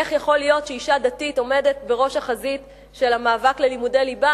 איך יכול להיות שאשה דתית עומדת בראש החזית של המאבק ללימודי ליבה,